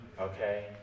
Okay